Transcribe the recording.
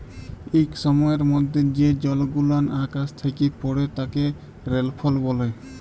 ইক সময়ের মধ্যে যে জলগুলান আকাশ থ্যাকে পড়ে তাকে রেলফল ব্যলে